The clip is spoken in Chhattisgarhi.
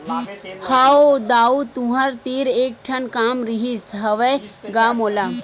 हव दाऊ तुँहर तीर एक ठन काम रिहिस हवय गा मोला